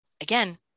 again